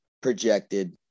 projected